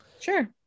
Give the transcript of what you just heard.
sure